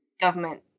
government